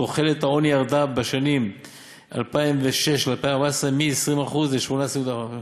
תחולת העוני ירדה בין השנים 2006 ל-2014 מ-20.0% ל-18.8%.